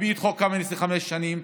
נקפיא את חוק קמיניץ לחמש שנים,